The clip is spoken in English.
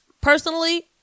Personally